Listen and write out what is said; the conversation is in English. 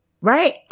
right